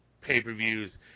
pay-per-views